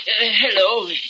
hello